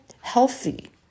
healthy